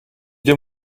deux